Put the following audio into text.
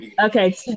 okay